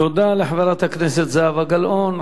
תודה לחברת הכנסת זהבה גלאון.